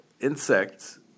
insects